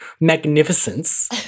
magnificence